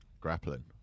Grappling